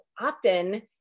often